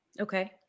Okay